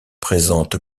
présente